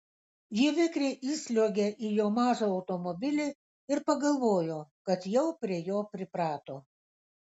ji vikriai įsliuogė į jo mažą automobilį ir pagalvojo kad jau prie jo priprato